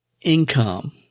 income